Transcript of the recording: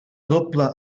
doble